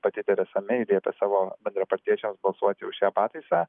pati teresa mei liepė savo bendrapartiečiams balsuoti už šią pataisą